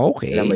Okay